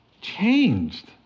changed